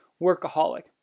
workaholic